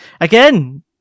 Again